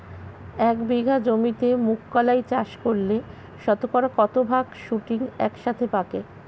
এক বিঘা জমিতে মুঘ কলাই চাষ করলে শতকরা কত ভাগ শুটিং একসাথে পাকে?